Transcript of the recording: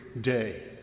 day